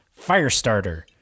Firestarter